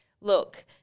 Look